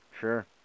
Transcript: Sure